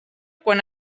quan